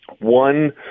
One